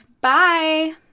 Bye